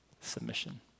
submission